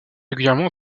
régulièrement